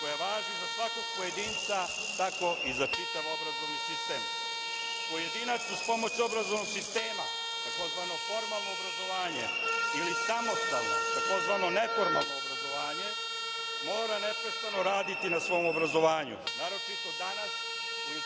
koja važi za svakog pojedinca, tako i za čitav obrazovni sistem. Pojedinac uz pomoć obrazovnog sistema tzv. formalno obrazovanje ili samostalno, tzv. neformalno obrazovanje mora neprestano raditi na svom obrazovanju, naročito danas u informatičkoj